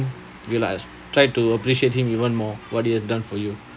I realised tried to appreciate him even more what he has done for you